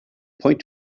point